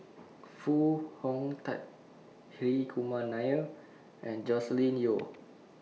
Foo Hong Tatt Hri Kumar Nair and Joscelin Yeo